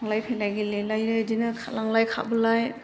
थांलाय फैलाय गेलेलायो बेदिनो खारलांलाय खारबोलाय